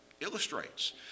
Illustrates